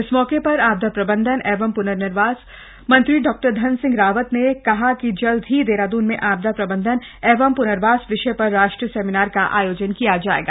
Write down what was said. इस मौके पर आपदा प्रबंधन एवं प्नर्वास मंत्री डॉ धन सिंह रावत ने कहा कि जल्द ही देहरादून में आपदा प्रबंधन एवं प्नर्वास विषय पर राष्ट्रीय सेमिनार का आयोजन किया जायेगा